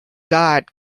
god